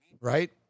right